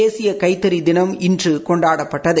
தேசிய கைத்தறி தினம் இன்று கொண்டாடப்பட்டது